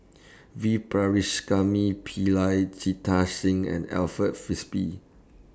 V Pillai Jita Singh and Alfred Frisby